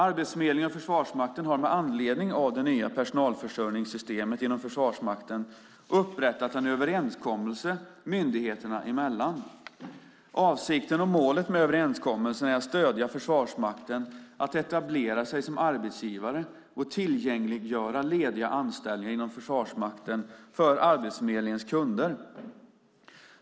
Arbetsförmedlingen och Försvarsmakten har med anledning av det nya personalförsörjningssystemet inom Försvarsmakten upprättat en överenskommelse myndigheterna emellan. Avsikten och målet med överenskommelsen är att stödja Försvarsmakten att etablera sig som arbetsgivare och tillgängliggöra lediga anställningar inom Försvarsmakten för Arbetsförmedlingens kunder.